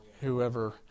whoever